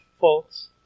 folks